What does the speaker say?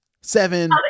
seven